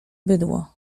bydło